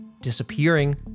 disappearing